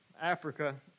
Africa